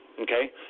okay